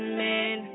man